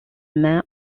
man